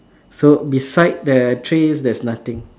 so beside the trays there's nothing